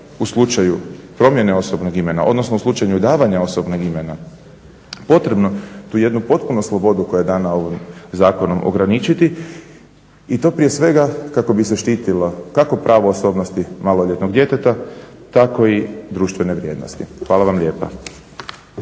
u slučaju promjene osobnog imena, odnosno u slučaju davanja osobnog imena potrebno tu jednu potpunu slobodu koja je dana ovim zakonom ograničiti i to prije svega kako bi se štitilo kako pravo osobnosti maloljetnog djeteta tako i društvene vrijednosti. Hvala vam lijepa.